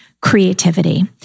creativity